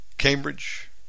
Cambridge